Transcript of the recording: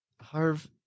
Harv